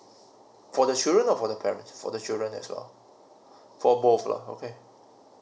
for the children or for the parents for the children as well for both lah okay